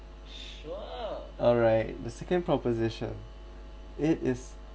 alright the second proposition it is